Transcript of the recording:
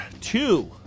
two